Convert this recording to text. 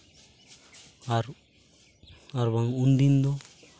ᱟᱨ ᱟᱨᱵᱟᱝ ᱩᱱᱫᱤᱱ ᱫᱚ